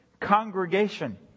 Congregation